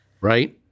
Right